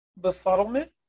befuddlement